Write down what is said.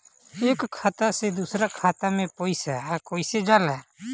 एक खाता से दूसर खाता मे पैसा कईसे जाला?